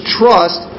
trust